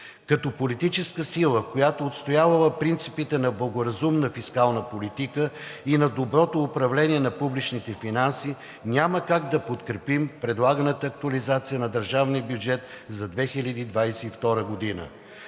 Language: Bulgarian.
Като политическа сила, която е отстоявала принципите на благоразумна фискална политика и на доброто управление на публичните финанси няма как да подкрепим предлаганата актуализация на държавния бюджет за 2022 г.